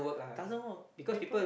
doesn't work people